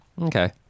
Okay